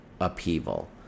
upheaval